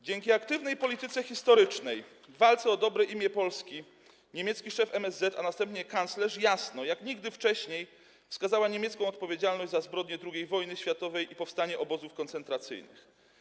Dzięki aktywnej polityce historycznej, walce o dobre imię Polski niemiecki szef MSZ, a następnie kanclerz jasno jak nigdy wcześniej wskazali niemiecką odpowiedzialność za zbrodnie II wojny światowej i powstanie obozów koncentracyjnych.